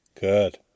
Good